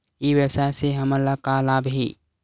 ई व्यवसाय से हमन ला का लाभ हे?